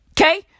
Okay